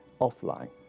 offline